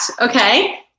Okay